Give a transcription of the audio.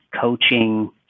coaching